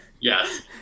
Yes